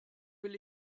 will